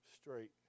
straight